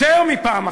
יותר מפעם אחת,